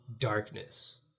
darkness